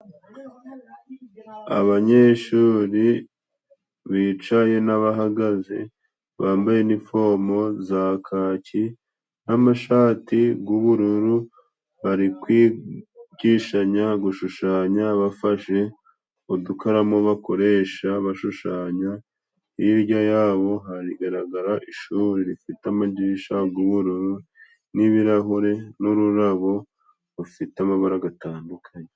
Abanyeshuri bicaye n'abahagaze bambaye nifomo za kaki n'amashati g'ubururu bari kwigishanya gushushanya, bafashe udukaramu bakoresha bashushanya, hirya yabo hagaragara ishuri rifite amadirisha g' ubururu n'ibirahure n'ururabo rufite amabara atandukanye.